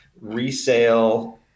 resale